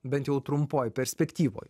bent jau trumpoj perspektyvoj